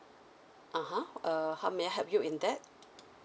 (uh huh) err how may I help you in that